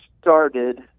started